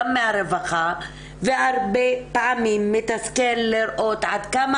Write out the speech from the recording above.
גם מהרווחה והרבה פעמים מתסכל לראות עד כמה